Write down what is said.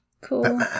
Cool